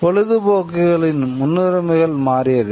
பொழுதுபோக்குகளின் முன்னுரிமைகள் மாறியது